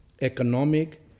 economic